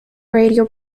radio